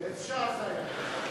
באיזו שעה זה היה?